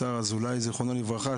השר אזולאי זכרונו לברכה,